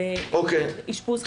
באשפוז חלופי.